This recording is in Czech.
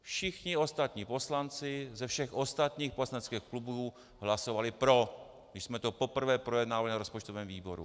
Všichni ostatní poslanci ze všech ostatních poslaneckých klubů hlasovali pro, když jsme to poprvé projednávali na rozpočtovém výboru.